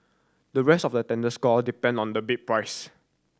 the rest of the tender score depend on the bid price